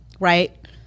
Right